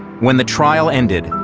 when the trial ended,